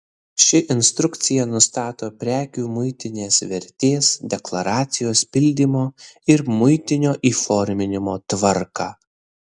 ši instrukcija nustato prekių muitinės vertės deklaracijos pildymo ir muitinio įforminimo tvarką